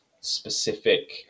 specific